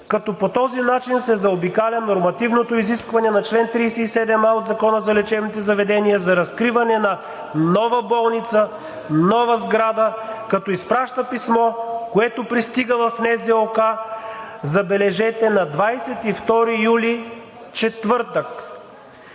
като по този начин се заобикаля нормативното изискване на чл. 37а от Закона за лечебните заведения за разкриване на нова болница, нова сграда, като изпраща писмо, което пристига в НЗОК, забележете, на 22 юли – четвъртък!